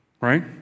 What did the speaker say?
Right